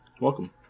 Welcome